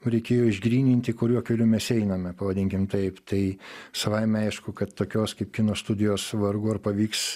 reikėjo išgryninti kuriuo keliu mes einame pavadinkim taip tai savaime aišku kad tokios kaip kino studijos vargu ar pavyks